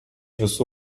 visų